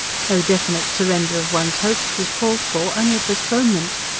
no definite surrender of one's hopes was called for only a postponement.